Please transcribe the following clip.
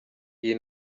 iyi